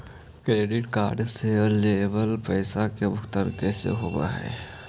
Credit card से लेवल पैसा के भुगतान कैसे होव हइ?